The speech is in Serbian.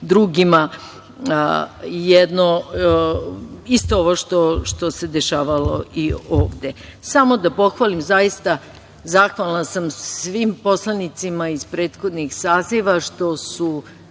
drugima isto ovo što se dešavalo i ovde. Samo da pohvalim zaista, zahvalna sam svim poslanicima iz prethodnih saziva što su